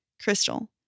Crystal